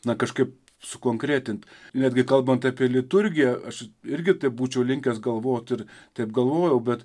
na kažkaip sukonkretint netgi kalbant apie liturgiją aš irgi būčiau linkęs galvot ir taip galvojau bet